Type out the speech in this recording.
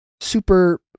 super